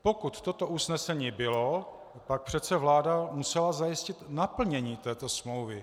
Pokud toto usnesení bylo, pak přece vláda musela zajistit naplnění této smlouvy.